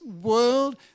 world